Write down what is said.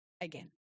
again